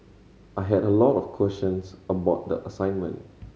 I had a lot of questions about the assignment